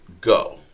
go